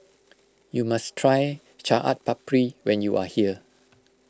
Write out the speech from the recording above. you must try Chaat Papri when you are here